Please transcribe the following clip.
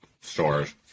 stores